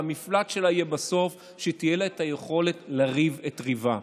והמפלט שלה יהיה בסוף שתהיה לה את היכולת לריב את ריבה.